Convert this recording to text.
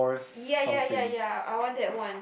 ya ya ya ya I want that one